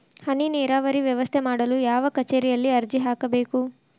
ಹನಿ ನೇರಾವರಿ ವ್ಯವಸ್ಥೆ ಮಾಡಲು ಯಾವ ಕಚೇರಿಯಲ್ಲಿ ಅರ್ಜಿ ಹಾಕಬೇಕು?